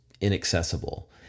inaccessible